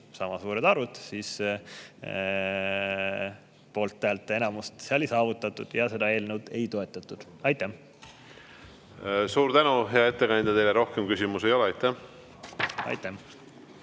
sama suured arvud, siis poolthäälte enamust ei saavutatud ja seda eelnõu ei toetatud. Suur tänu, hea ettekandja! Teile rohkem küsimusi ei ole. Aitäh! Aitäh!